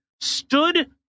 Stood